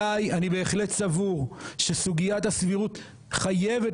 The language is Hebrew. אני בהחלט סבור שסוגיית הסבירות חייבת